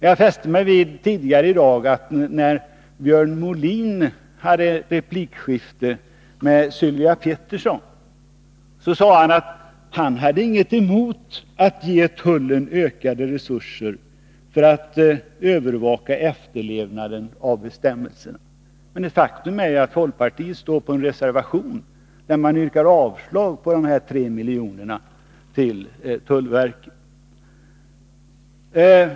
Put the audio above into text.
Jag fäste mig vid att när Björn Molin tidigare i dag hade ett replikskifte med Sylvia Pettersson sade han att han inte hade någonting emot att ge tullen ökade resurser för att övervaka efterlevnaden av bestämmelserna. Men faktum är ju att folkpartiet står bakom en reservation där man yrkar avslag på dessa 3 milj.kr. till tullverket.